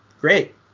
Great